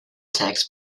tax